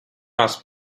ask